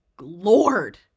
Lord